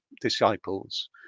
disciples